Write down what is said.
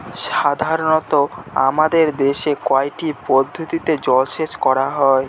সাধারনত আমাদের দেশে কয়টি পদ্ধতিতে জলসেচ করা হয়?